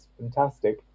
fantastic